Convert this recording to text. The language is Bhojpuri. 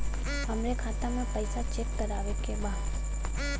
हमरे खाता मे पैसा चेक करवावे के बा?